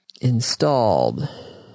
Installed